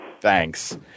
Thanks